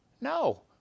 No